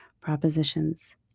propositions